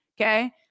Okay